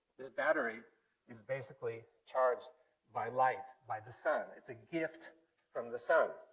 this battery is basically charged by light, by the sun. it's a gift from the sun.